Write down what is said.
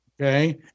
Okay